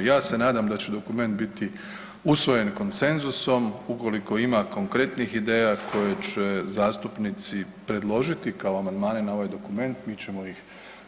Ja se nadam da će dokument biti usvojen konsenzusom, ukoliko ima konkretnih ideja koje će zastupnici predložiti kao amandmane na ovaj dokument, mi ćemo ih